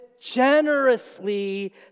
generously